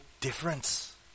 difference